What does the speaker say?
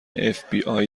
fbi